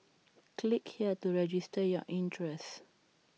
click here to register your interest